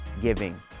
giving